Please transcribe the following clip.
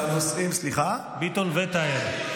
ביטון וטייב.